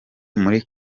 muri